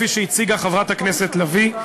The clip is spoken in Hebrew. כפי שהציגה חברת הכנסת לביא,